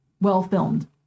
well-filmed